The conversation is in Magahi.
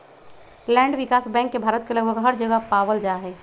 लैंड विकास बैंक के भारत के लगभग हर जगह पावल जा हई